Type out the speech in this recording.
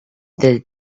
the